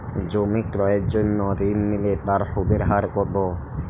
জমি ক্রয়ের জন্য ঋণ নিলে তার সুদের হার কতো?